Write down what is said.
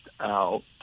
out